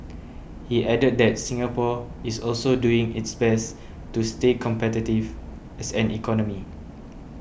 he added that Singapore is also doing its best to stay competitive as an economy